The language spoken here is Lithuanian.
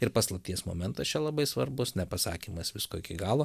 ir paslapties momentas čia labai svarbus nepasakymas visko iki galo